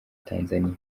tanzaniya